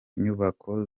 nyubako